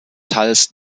teils